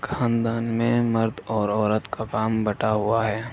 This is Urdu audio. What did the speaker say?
خاندان میں مرد اور عورت کا کام بٹا ہوا ہے